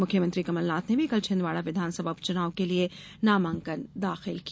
मुख्यमंत्री कमलनाथ ने भी कल छिन्दवाड़ा विधानसभा उप चुनाव के लिये नामांकन दाखिल किया